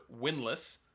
winless